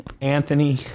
Anthony